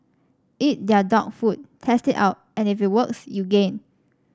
eat their dog food test it out and if it works you gain